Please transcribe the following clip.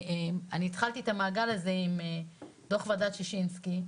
אני התחלתי את המעגל הזה עם דו" ועדת שישינסקי,